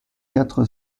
quatre